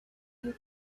you